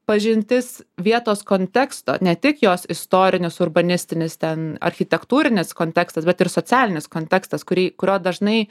pažintis vietos konteksto ne tik jos istorinis urbanistinis ten architektūrinis kontekstas bet ir socialinis kontekstas kurį kurio dažnai